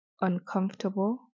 uncomfortable